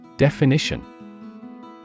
Definition